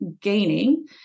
gaining